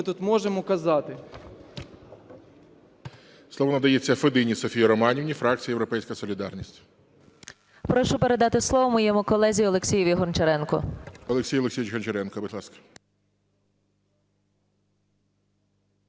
ми тут можемо казати?